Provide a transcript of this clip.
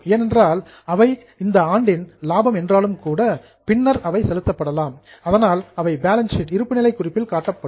ஏனென்றால் அவை இந்த ஆண்டின் புரோஃபிட்ஸ் லாபம் என்றாலும் கூட ஆஃப்டர்வேர்ட்ஸ் பின்னர் அவை செலுத்தப்படலாம் அதனால் அவை பேலன்ஸ் ஷீட் இருப்புநிலை குறிப்பில் காட்டப்படும்